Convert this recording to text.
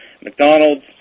McDonald's